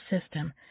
system